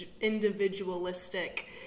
individualistic